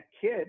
kid